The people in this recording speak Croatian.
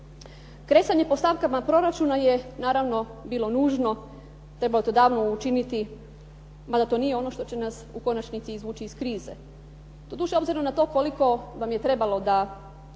Kresanje po stavkama proračuna je naravno bilo nužno, trebalo je to davno učiniti, mada to nije ono što će nas u konačnici izvući iz krize.